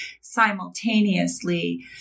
simultaneously